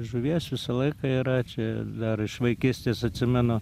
žuvies visą laiką yra čia dar iš vaikystės atsimenu